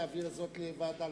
להעביר זאת לוועדה,